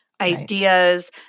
ideas